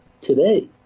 Today